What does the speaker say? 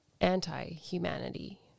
anti-humanity